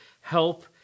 Help